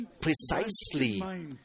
precisely